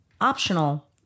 optional